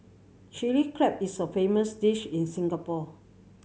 Chilli Crab is a famous dish in Singapore